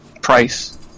price